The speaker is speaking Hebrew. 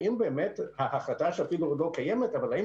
האם באמת ההחלטה שאפילו עוד לא קיימת האם